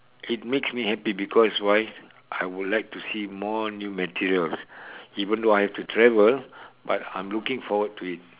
it makes me happy because why I would like to see more new materials even though I have to travel but I'm looking forward to it